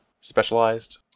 specialized